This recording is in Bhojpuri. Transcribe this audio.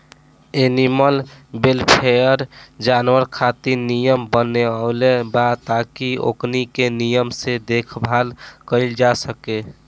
एनिमल वेलफेयर, जानवर खातिर नियम बनवले बा ताकि ओकनी के निमन से देखभाल कईल जा सके